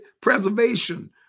Preservation